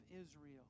Israel